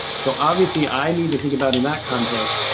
so, obviously, i need to think about, in that context,